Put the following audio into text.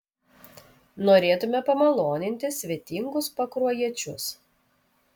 norėtume pamaloninti svetingus pakruojiečius